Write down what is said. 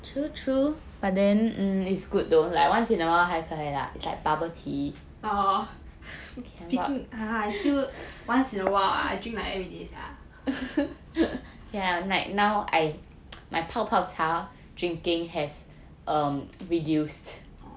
oh speaking ah you still once in a while ah I drink like every day sia oh